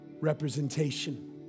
representation